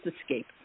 escape